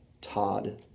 Todd